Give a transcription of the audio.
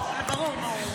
ברור, ברור.